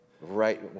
right